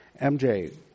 MJ